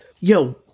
Yo